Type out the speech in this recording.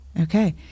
Okay